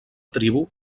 tribu